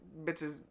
Bitches